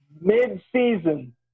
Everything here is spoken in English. Mid-season